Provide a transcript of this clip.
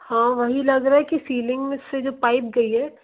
हाँ वही लग रहा है कि सीलिंग से जो पाइप गई है